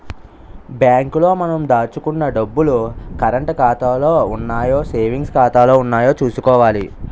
bank లో మనం దాచుకున్న డబ్బులు కరంటు ఖాతాలో ఉన్నాయో సేవింగ్స్ ఖాతాలో ఉన్నాయో చూసుకోవాలి